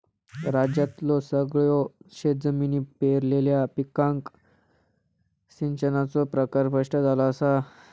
राज्यातल्यो सगळयो शेतजमिनी पेरलेल्या पिकांका सिंचनाचो प्रकार स्पष्ट झाला असा